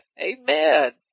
Amen